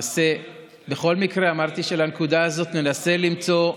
אבל בכל מקרה, אמרתי שלנקודה הזאת ננסה למצוא,